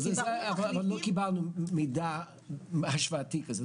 אבל לא קיבלנו מידע השוואתי כזה,